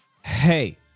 Hey